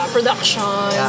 Production